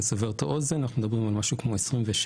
לסבר את האוזן אנחנו מדברים על משהו כמו 26,000